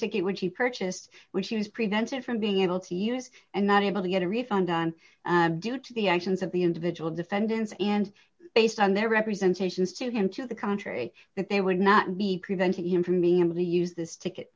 ticket which he purchased which he was prevented from being able to use and not able to get a refund on due to the actions of the individual defendants and based on their representation is to go into the country that they would not be preventing him from being able to use this ticket